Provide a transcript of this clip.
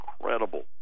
incredible